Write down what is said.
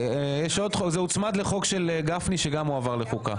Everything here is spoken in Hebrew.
זה הוצמד לחוק של גפני שגם הועבר לחוקה.